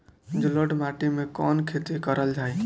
जलोढ़ माटी में कवन खेती करल जाई?